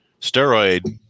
steroid